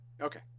Okay